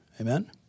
Amen